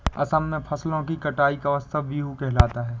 असम में फसलों की कटाई का उत्सव बीहू कहलाता है